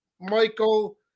Michael